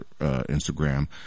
instagram